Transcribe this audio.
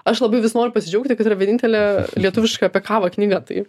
aš labai noriu pasidžiaugti kad yra vienintelė lietuviška apie kavą knyga tai